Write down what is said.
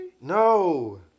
No